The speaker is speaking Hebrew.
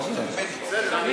בסדר.